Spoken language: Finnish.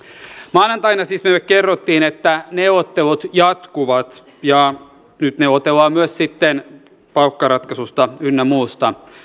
maanantaina siis meille kerrottiin että neuvottelut jatkuvat ja nyt neuvotellaan myös palkkaratkaisusta ynnä muusta